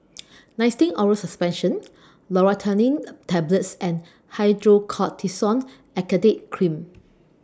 Nystatin Oral Suspension Loratadine Tablets and Hydrocortisone Acetate Cream